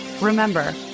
Remember